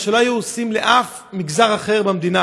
מה שלא היו עושים לשום מגזר אחר במדינה: